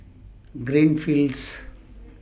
Greenfields